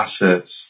assets